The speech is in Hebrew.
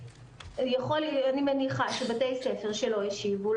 אני מניחה שבתי ספר שלא השיבו,